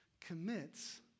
commits